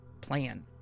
plan